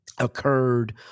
occurred